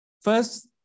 First